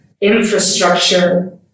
infrastructure